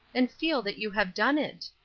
and feel that you have done it.